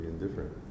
indifferent